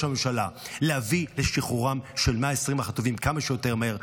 הממשלה: להביא לשחרורם של 120 החטופים כמה שיותר מהר.